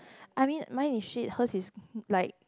I mean mine is shit hers is like